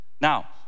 Now